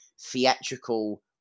theatrical